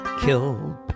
killed